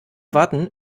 warten